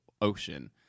ocean